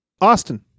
austin